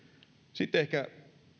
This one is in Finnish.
sitten ehkä